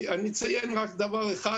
אני אציין רק דבר אחד,